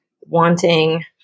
wanting